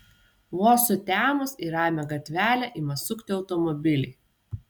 vos sutemus į ramią gatvelę ima sukti automobiliai